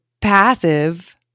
passive